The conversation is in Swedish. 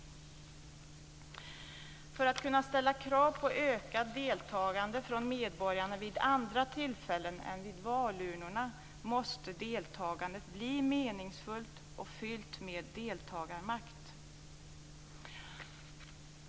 För att vi ska kunna ställa krav på ökat deltagande från medborgarna vid andra tillfällen än vid valurnorna måste deltagandet bli meningsfullt och fyllt med deltagarmakt.